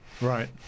Right